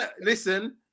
Listen